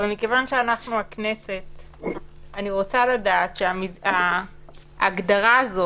ואנחנו הכנסנו את ההגדרה.